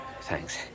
Thanks